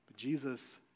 Jesus